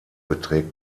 beträgt